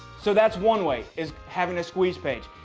so that's one way is having a squeeze page.